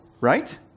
right